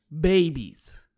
Babies